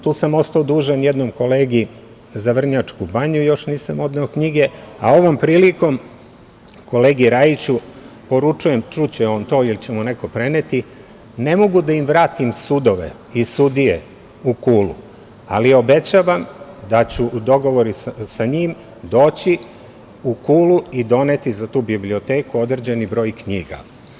Tu sam ostao dužan, jednom kolegi za Vrnjačku banju još nisam odneo knjige, a ovom prilikom kolegi Rajiću poručujem, čuće on to ili će mu neko preneti – ne mogu da im vratim sudove i sudije u Kulu, ali obećavam da ću u dogovoru sa njim doći u Kulu i doneti za tu biblioteku određeni broj knjiga.